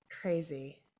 Crazy